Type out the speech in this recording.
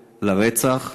לרצח,